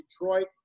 Detroit